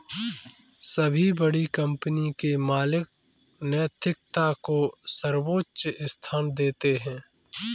सभी बड़ी कंपनी के मालिक नैतिकता को सर्वोच्च स्थान देते हैं